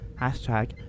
Hashtag